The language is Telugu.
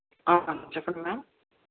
చెప్పండి మ్యామ్